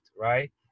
right